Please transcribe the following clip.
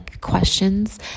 questions